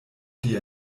die